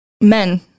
men